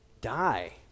die